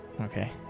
Okay